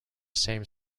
same